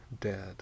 dead